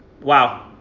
Wow